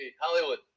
Hollywood